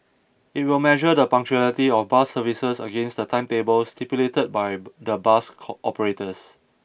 it will measure the punctuality of bus services against the timetables stipulated by the bus operators